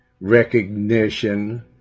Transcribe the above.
recognition